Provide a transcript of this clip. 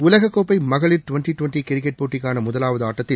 உலக கோப்பை மகளிர் டுவென்டி டுவென்டி கிரிக்கெட் போட்டிக்கான முதலாவது ஆட்டத்தில்